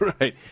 Right